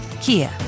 Kia